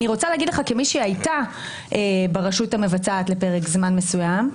אני רוצה להגיד לך כמי שהייתה ברשות המבצעת לפרק זמן מסוים,